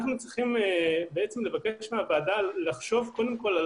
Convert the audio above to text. אנחנו בעצם צריכים לבקש מהוועדה לחשוב קודם כול על